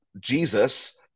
Jesus